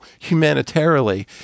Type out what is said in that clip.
humanitarily